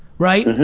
right? and and